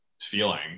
feeling